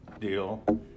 deal